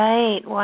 Right